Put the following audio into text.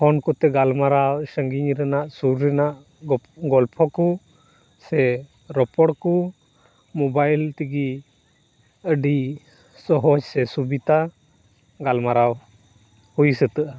phone ᱠᱚᱛᱮ ᱜᱟᱞᱢᱟᱨᱟᱣ ᱥᱟᱹᱜᱤᱧ ᱨᱮᱱᱟᱜ ᱥᱩᱨ ᱨᱮᱱᱟᱜ ᱜᱚ ᱜᱚᱞᱯᱚ ᱠᱚ ᱥᱮ ᱨᱚᱯᱚᱲ ᱠᱚ ᱢᱳᱵᱟᱭᱤᱞ ᱛᱮᱜᱮ ᱟᱹᱰᱤ ᱥᱚᱦᱚᱡ ᱥᱮ ᱥᱩᱵᱤᱛᱟ ᱜᱟᱞᱢᱟᱨᱟᱣ ᱦᱩᱭ ᱥᱟᱹᱛᱟᱹᱜᱼᱟ